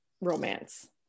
romance